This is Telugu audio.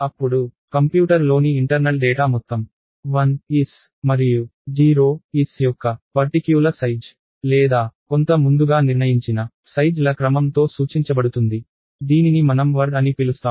అప్పుడు కంప్యూటర్లోని అంతర్గత డేటా మొత్తం 1's మరియు 0's యొక్క నిర్దిష్ట సైజ్ లేదా కొంత ముందుగా నిర్ణయించిన సైజ్ ల క్రమం తో సూచించబడుతుంది దీనిని మనం వర్డ్ అని పిలుస్తాము